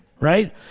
right